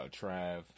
Trav